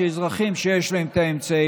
שאזרחים שיש להם אמצעים,